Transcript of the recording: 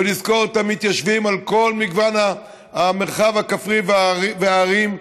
לזכור את המתיישבים על כל מגוון המרחב הכפרי והערים,